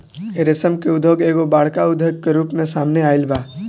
रेशम के उद्योग एगो बड़का उद्योग के रूप में सामने आइल बा